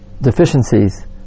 deficiencies